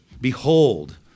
Behold